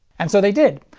and so they did.